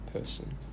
person